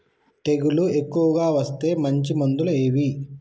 తెగులు ఎక్కువగా వస్తే మంచి మందులు ఏవి?